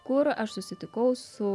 kur aš susitikau su